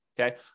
okay